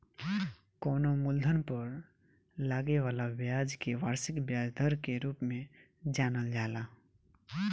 कवनो मूलधन पर लागे वाला ब्याज के वार्षिक ब्याज दर के रूप में जानल जाला